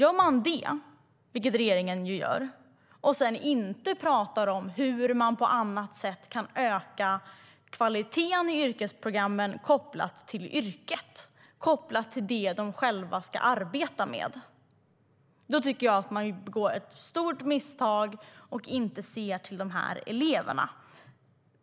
Om man gör det, vilket regeringen ju gör, och sedan inte pratar om hur man på annat sätt kan öka kvaliteten i yrkesprogrammen kopplat till yrket och kopplat till det de själva ska arbeta med tycker jag att man begår ett stort misstag och inte ser till de här eleverna.